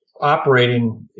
operating